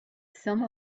some